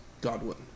Godwin